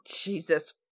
Jesus